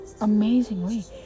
Amazingly